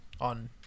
on